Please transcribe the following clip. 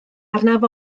arnaf